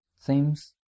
seems